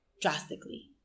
drastically